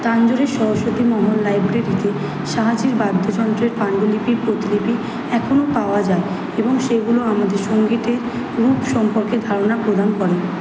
তাঞ্জোরের সরস্বতী মহল লাইব্রেরিতে শাহজির বাদ্যযন্ত্রের পাণ্ডুলিপির প্রতিলিপি এখনও পাওয়া যায় এবং সেগুলো আমাদের সঙ্গীতের রূপ সম্পর্কে ধারণা প্রদান করে